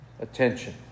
attention